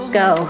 go